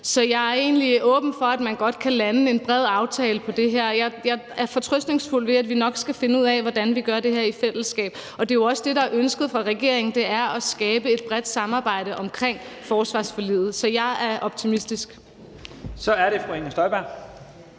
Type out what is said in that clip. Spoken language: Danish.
Så jeg er egentlig åben for, at man godt kan lande en bred aftale om det her. Jeg er fortrøstningsfuld omkring, at vi nok skal finde ud af, hvordan vi gør det her i fællesskab. Det er jo også det, der er ønsket fra regeringens side: at skabe et bredt samarbejde om forsvarsforliget. Så jeg er optimistisk. Kl. 11:09 Første